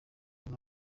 muri